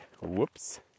whoops